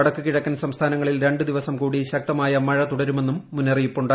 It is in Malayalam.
വടക്കുകിഴക്കൻ സംസ്ഥാനങ്ങളിൽ രണ്ടു ദിവസം കൂടി ശക്തമായ മഴ തുടരുമെന്നും മുന്നറിയിപ്പുണ്ട്